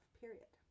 period